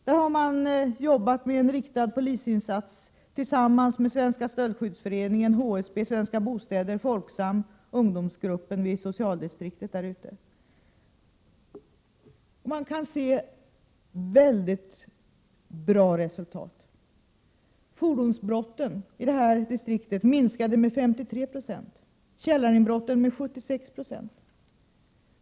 Där har man jobbat med en riktad polisinsats tillsammans med Svenska stöldskyddsföreningen, HSB, Svenska bostäder, Folksam och ungdomsgruppen vid socialdistriktet. Detta arbete visar mycket bra resultat. Fordonsbrotten i det distriktet minskade med 53 20, källarinbrotten med 76 90.